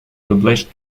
published